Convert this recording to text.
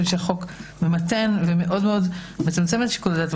שהחוק ממתן ומאוד מצמצם את שיקול הדעת.